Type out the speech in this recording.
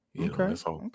Okay